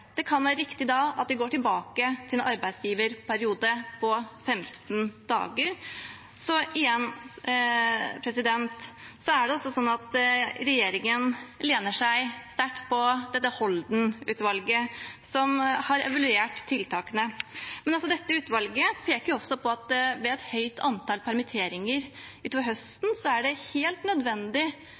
Det kan være riktig da at vi går tilbake til en arbeidsgiverperiode på 15 dager. Så igjen: Regjeringen lener seg sterkt på Holden-utvalget, som har evaluert tiltakene. Dette utvalget peker også på at ved et høyt antall permitteringer utover høsten er det helt nødvendig